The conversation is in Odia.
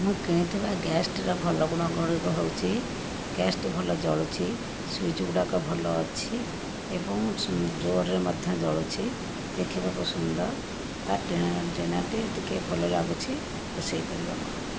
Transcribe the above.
ମୁଁ କିଣିଥିବା ଗ୍ୟାସ୍ଟିର ଭଲ ଗୁଣ ଗୁଡ଼ିକ ହେଉଛି ଗ୍ୟାସ୍ଟି ଭଲ ଜଳୁଛି ସୁଇଚ୍ ଗୁଡ଼ାକ ଭଲ ଅଛି ଏବଂ ଜୋରରେ ମଧ୍ୟ ଜଳୁଛି ଦେଖିବାକୁ ସୁନ୍ଦର ତା ର ଟିଣ ଟିଣଟି ଟିକେ ଭଲ ଲାଗୁଛି ରୋଷେଇ କରିବାକୁ